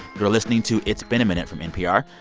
you're listening to it's been a minute from npr.